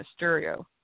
Mysterio